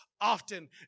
often